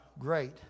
great